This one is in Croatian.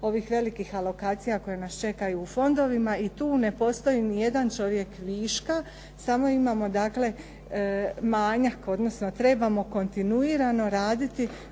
ovih velikih alokacija koje nas čekaju u fondovima. I tu ne postoji ni jedan čovjek viška, samo imamo dakle manjak, odnosno trebamo kontinuirano raditi